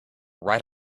right